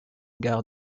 gare